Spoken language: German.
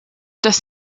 dass